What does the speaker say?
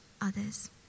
others